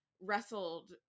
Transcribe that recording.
wrestled